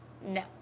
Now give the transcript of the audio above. No